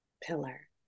pillar